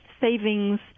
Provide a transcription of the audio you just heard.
savings